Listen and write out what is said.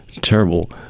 terrible